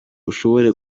ushobore